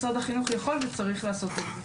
משרד החינוך יכול וצריך לעשות את זה.